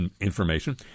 information